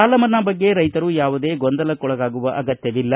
ಸಾಲ ಮನ್ನಾ ಬಗ್ಗೆ ರೈತರು ಯಾವುದೇ ಗೊಂದಲಕ್ಕೊಳಗಾಗುವ ಅಗತ್ತವಿಲ್ಲ